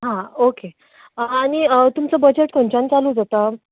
हां ओके आनी तुमचो बजट खंयच्यान चालू जाता